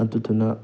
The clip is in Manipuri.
ꯑꯗꯨꯗꯨꯅ